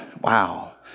wow